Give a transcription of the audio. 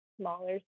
smaller